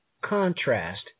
contrast